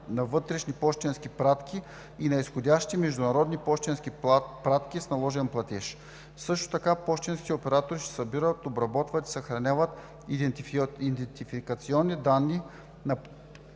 на вътрешни пощенски пратки и на изходящи международни пощенски пратки с наложен платеж. Също така пощенските оператори ще събират, обработват и съхраняват идентификационни данни на